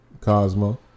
Cosmo